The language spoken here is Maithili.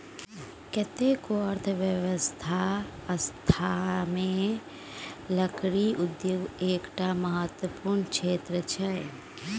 कतेको अर्थव्यवस्थामे लकड़ी उद्योग एकटा महत्वपूर्ण क्षेत्र छै